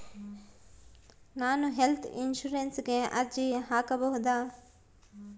ನಾನು ಹೆಲ್ತ್ ಇನ್ಶೂರೆನ್ಸಿಗೆ ಅರ್ಜಿ ಹಾಕಬಹುದಾ?